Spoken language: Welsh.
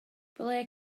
ble